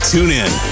TuneIn